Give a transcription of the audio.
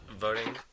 voting